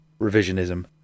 revisionism